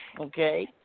okay